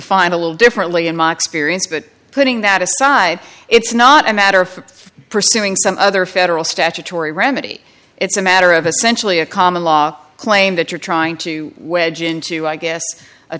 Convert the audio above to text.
defined a little differently in my experience but putting that aside it's not a matter of pursuing some other federal statutory remedy it's a matter of essentially a common law claim that you're trying to wedge into i guess